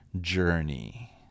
journey